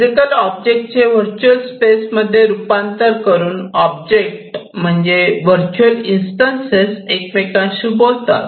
physical object चे virtual space मध्ये रूपांतर करून ऑब्जेक्ट म्हणजे व्हर्च्युअल इन्स्टंसेस एकमेकांशी बोलतात